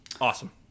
Awesome